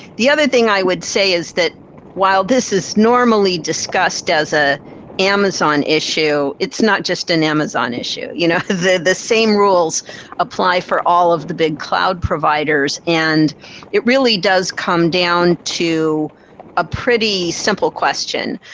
the other thing i would say is that while this is normally discussed as an ah amazon issue, issue, it's not just an amazon issue. you know the the same rules apply for all of the big cloud providers and it really does come down to a pretty simple question,